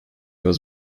was